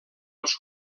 els